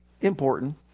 important